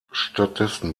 stattdessen